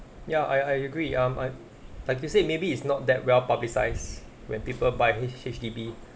ya I I agree um I like you say maybe it's not that well publicised when people buy H H_D_B